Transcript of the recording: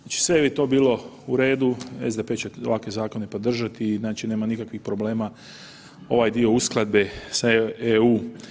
Znači, sve bi to bilo u redu, SDP će ovakve zakone podržati i znači nema nikakvih problema, ovaj dio uskladbe sa EU.